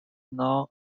now